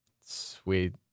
sweet